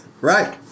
Right